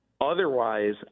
Otherwise